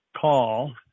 call